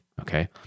Okay